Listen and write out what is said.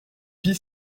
pie